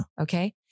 Okay